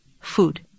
Food